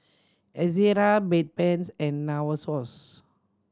Ezerra Bedpans and Novosource